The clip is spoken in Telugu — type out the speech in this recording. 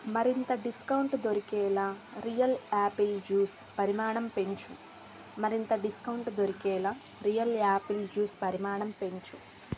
మరింత డిస్కౌంట్ దొరికేలా రియల్ యాపిల్ జూస్ పరిమాణం పెంచు మరింత డిస్కౌంట్ దొరికేలా రియల్ యాపిల్ జూస్ పరిమాణం పెంచు